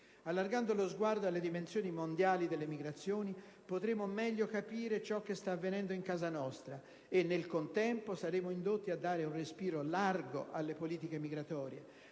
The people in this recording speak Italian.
Allargando lo sguardo alle dimensioni mondiali delle migrazioni potremo meglio capire ciò che sta avvenendo in casa nostra e - nel contempo - saremo indotti a dare un respiro largo alle politiche migratorie,